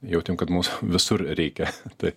jautėm kad mūsų visur reikia tai